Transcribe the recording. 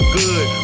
good